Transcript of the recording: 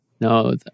no